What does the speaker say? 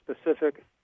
specific